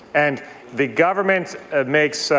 and the government makes